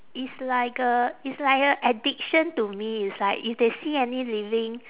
it's like a it's like a addiction to me it's like if they see any living